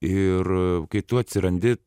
ir kai tu atsirandi